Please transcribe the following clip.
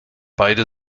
beide